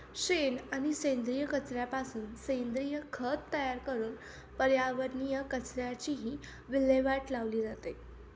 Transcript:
शेण आणि सेंद्रिय कचऱ्यापासून सेंद्रिय खत तयार करून पर्यावरणीय कचऱ्याचीही विल्हेवाट लावली जाते